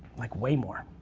like way more.